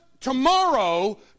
tomorrow